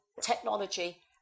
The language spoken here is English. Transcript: technology